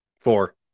Four